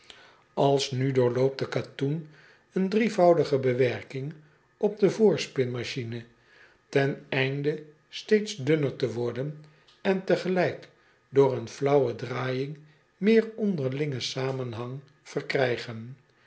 lsnu doorloopt de katoen een drievoudige bewerking op de voorspinmachine ten einde steeds dunner te worden en tegelijk door eene flaauwe draaijing meer onderlingen zamenhang te verkrijgen